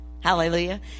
Hallelujah